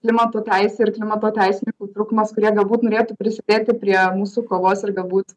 klimato teisė ir klimato teisininkų trūkumas kurie galbūt norėtų prisidėti prie mūsų kovos ir galbūt